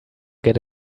get